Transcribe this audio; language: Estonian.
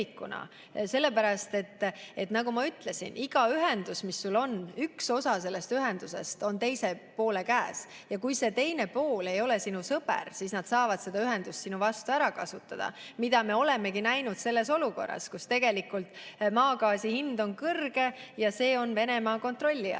tervikuna. Nagu ma ütlesin, iga ühendusega, mis sul on, on nii, et üks osa sellest ühendusest on teise poole käes, ja kui see teine pool ei ole sinu sõber, siis ta saab seda ühendust sinu vastu ära kasutada. Seda me olemegi näinud olukorras, kus maagaasi hind on kõrge ja see on Venemaa kontrolli